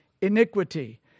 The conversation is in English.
iniquity